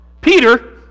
Peter